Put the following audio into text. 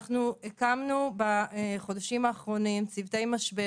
אנחנו הקמנו בחודשים האחרונים צוותי משבר